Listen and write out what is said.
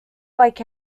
like